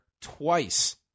twice